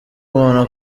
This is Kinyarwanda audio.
umuntu